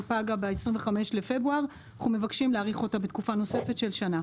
היא פגה ב-25 בפברואר ואנחנו מבקשים להאריך אותה בתקופה נוספת של שנה.